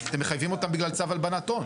אתם מחייבים אותם בגלל צו הלבנת הון.